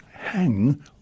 hang